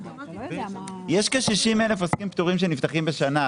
יש כ-60,000 עוסקים פטורים שנפתחים בשנה,